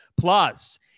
Plus